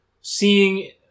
Seeing